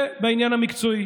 זה, בעניין המקצועי.